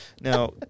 Now